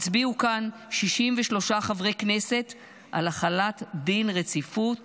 הצביעו כאן 63 חברי כנסת על החלת דין רציפות